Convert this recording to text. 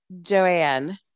Joanne